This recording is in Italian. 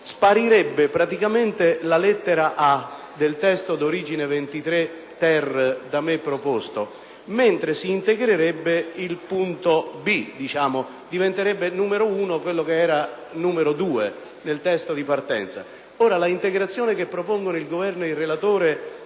sparirebbe la lettera a) del testo originario da me proposto, mentre si integrerebbe il punto b), e diventerebbe il numero 1) quello che era numero 2) nel testo di partenza. Ora l’integrazione che propongono il Governo e il relatore